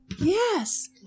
Yes